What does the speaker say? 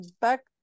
back